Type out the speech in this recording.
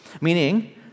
Meaning